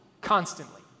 constantly